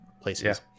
places